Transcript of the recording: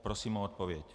Prosím o odpověď.